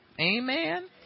Amen